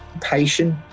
patient